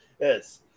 Yes